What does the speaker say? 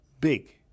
Big